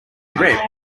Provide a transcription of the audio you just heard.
red